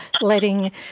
letting